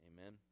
Amen